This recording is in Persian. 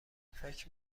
فکر